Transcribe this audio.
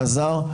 אלעזר,